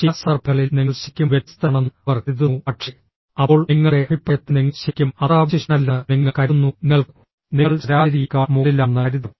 ചില സന്ദർഭങ്ങളിൽ നിങ്ങൾ ശരിക്കും വ്യത്യസ്തനാണെന്ന് അവർ കരുതുന്നു പക്ഷേ അപ്പോൾ നിങ്ങളുടെ അഭിപ്രായത്തിൽ നിങ്ങൾ ശരിക്കും അത്ര വിശിഷ്ടനല്ലെന്ന് നിങ്ങൾ കരുതുന്നു നിങ്ങൾക്ക് നിങ്ങൾ ശരാശരിയേക്കാൾ മുകളിലാണെന്ന് കരുതുക